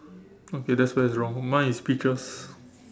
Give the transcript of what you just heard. okay that's where is wrong mine is peaches